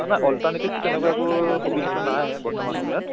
নাই অল্টাৰনেটিভটো তেনেকুৱা একো সুবিধাটো নাই বৰ্তমান সময়ত